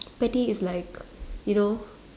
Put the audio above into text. petty is like you know